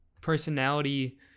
personality